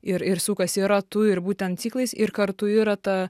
ir ir sukasi ratu ir būtent ciklais ir kartu yra ta